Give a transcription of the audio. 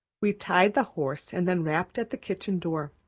we tied the horse and then rapped at the kitchen door.